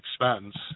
expense